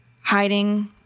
hiding